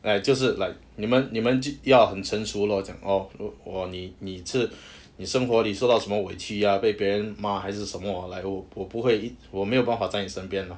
like 就是 like 你们你们要很成熟 lor 讲 lor 如果你你你生活里收到什么委屈呀被别人骂还是什么 like 我我不会我没有办法在你身边 mah